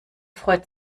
freut